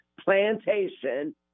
plantation